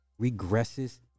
regresses